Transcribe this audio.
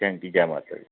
हां जी जै माता दी